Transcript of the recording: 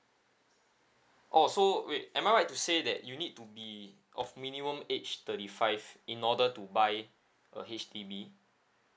oh so wait am I right to say that you need to be of minimum age thirty five in order to buy a H_D_B